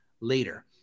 later